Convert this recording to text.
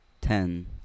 Ten